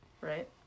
Right